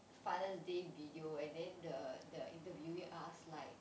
father's day video and then the the interviewee ask like